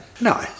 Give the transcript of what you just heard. no